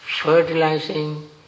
fertilizing